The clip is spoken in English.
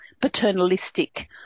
paternalistic